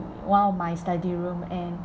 one of my study room and